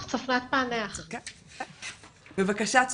בבקשה.